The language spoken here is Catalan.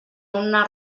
una